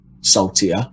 saltier